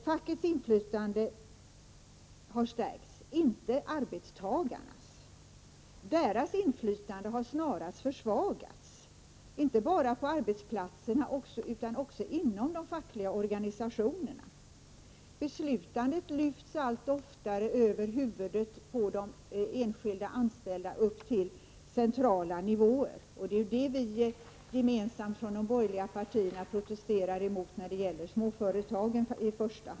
Fackets inflytande har stärkts — men inte arbetstagarnas. Deras inflytande har snarast försvagats, inte bara på arbetsplatserna utan också inom de fackliga organisationerna. Beslutandet lyfts allt oftare över huvudet på de enskilda anställda upp till centrala nivåer. Det är detta vi från de borgerliga partierna gemensamt protesterar mot, i första hand när det gäller småföretagen.